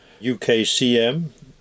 UKCM